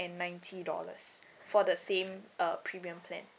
and ninety dollars for the same uh premium plan